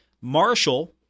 Marshall